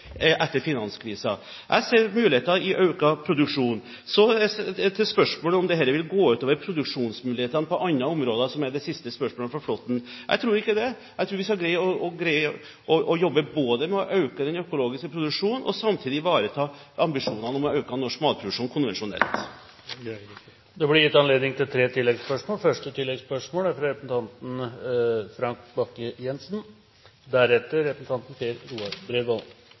etter finanskrisen. Jeg ser muligheter for økt produksjon. Så til spørsmålet om dette vil gå ut over produksjonsmuligheten på andre områder – som er det siste spørsmålet fra Flåtten. Jeg tror ikke det. Jeg tror vi skal greie både å jobbe med å øke den økologiske produksjonen og samtidig ivareta ambisjonene om å øke norsk matproduksjon konvensjonelt. Det blir gitt anledning til tre oppfølgingsspørsmål – først Frank Bakke-Jensen. Fra